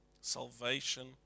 salvation